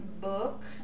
book